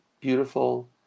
beautiful